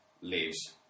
leaves